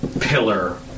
pillar